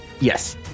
Yes